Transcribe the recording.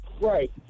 Right